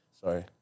Sorry